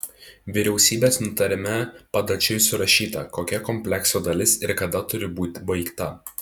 vyriausybės nutarime padačiui surašyta kokia komplekso dalis ir kada turi būti baigta